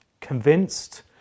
convinced